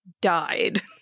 died